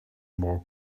more